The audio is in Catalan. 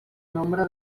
nombre